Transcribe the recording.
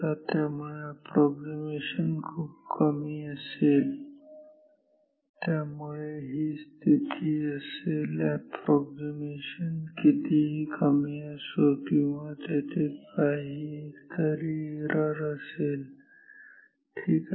त्यामुळे अॅप्रॉक्सीमेशन खूप कमी असेल त्यामुळे ही स्थिती असेल अॅप्रॉक्सीमेशन कितीही कमी असो किंवा तिथे काहीतरी एरर असेल ठीक आहे